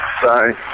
Sorry